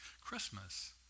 Christmas